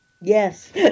yes